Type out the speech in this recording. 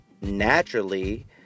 naturally